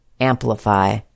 amplify